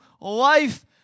life